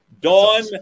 Dawn